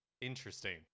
Interesting